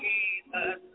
Jesus